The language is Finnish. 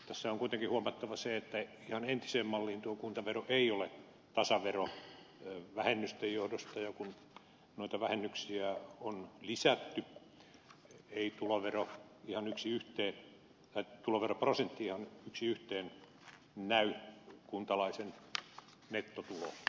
tässä on kuitenkin huomattava se että ihan entiseen malliin tuo kuntavero ei ole tasavero vähennysten johdosta ja kun noita vähennyksiä on lisätty ei tuloveroprosentti ihan yksi yhteen näy kuntalaisen nettotulossa